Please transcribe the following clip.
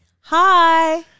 Hi